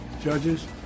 judges